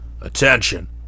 Attention